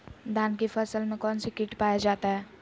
धान की फसल में कौन सी किट पाया जाता है?